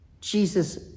Jesus